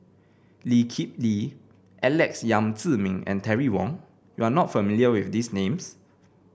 Lee Kip Lee Alex Yam Ziming and Terry Wong You are not familiar with these names